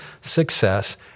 success